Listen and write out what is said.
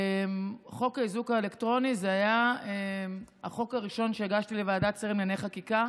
חוק האיזוק האלקטרוני היה החוק הראשון שהגשתי לוועדת שרים לענייני חקיקה